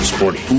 Sporty